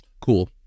Cool